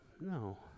no